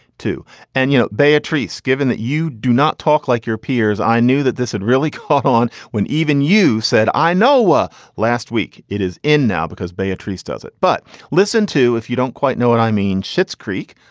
too and you know, beatrice, given that you do not talk like your peers, i knew that this had really caught on when even you said, i know the ah last week it is in now because beatrice does it. but listen to if you don't quite know what i mean. schitt's creek,